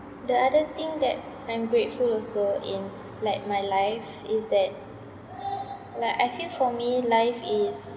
the other thing that I'm grateful also in like my life is that like I feel for me life is